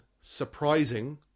surprising –